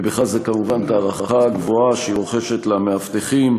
ובכלל זה כמובן את ההערכה הגבוהה שהיא רוחשת למאבטחים,